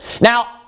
Now